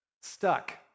stuck